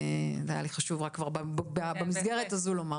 היה חשוב לי במסגרת הזאת לומר.